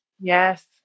Yes